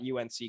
UNC